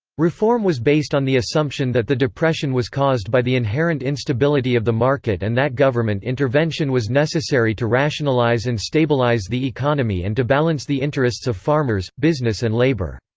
reform was based on the assumption that the depression was caused by the inherent instability of the market and that government intervention was necessary to rationalize and stabilize the economy and to balance the interests of farmers, business and labor.